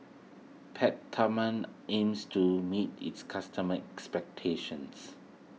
Peptamen aims to meet its customers' expectations